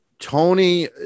tony